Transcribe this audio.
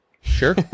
sure